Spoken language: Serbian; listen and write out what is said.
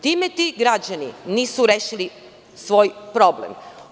Time ti građani nisu rešili svoj problem.